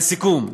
לסיכום,